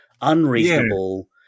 unreasonable